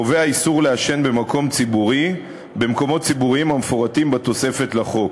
קובע איסור לעשן במקומות ציבוריים המפורטים בתוספת לחוק.